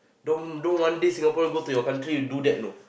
don't don't one day Singaporean go to your country you do that know